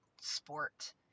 sport